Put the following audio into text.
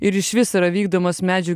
ir išvis yra vykdomas medžių